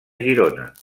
girona